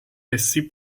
essi